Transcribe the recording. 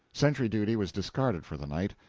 sentry-duty was discarded for the night,